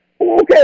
okay